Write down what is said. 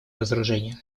разоружения